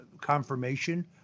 confirmation